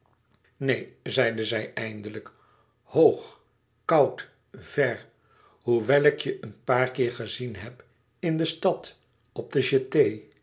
neen zeide zij eindelijk hoog koud ver hoewel ik je een paar keer gezien heb in de stad op de